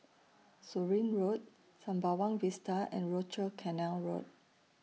Surin Road Sembawang Vista and Rochor Canal Road